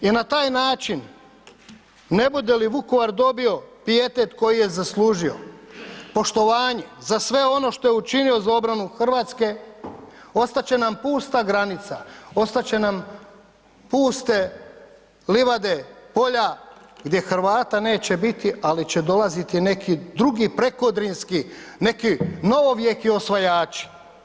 I na taj način ne bude li Vukovar dobio pijetet koji je zaslužio, poštovanje za sve ono što je učinio za obranu Hrvatske, ostat će nam pusta granica, ostat će nam puste livade, polja gdje Hrvata neće biti, ali će dolaziti neki drugi prekodrinski, neki novovjeki osvajači.